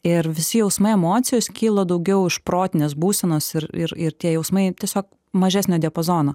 ir visi jausmai emocijos kyla daugiau iš protinės būsenos ir ir ir tie jausmai tiesiog mažesnio diapazono